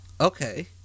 Okay